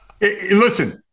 listen –